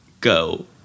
go